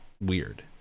weird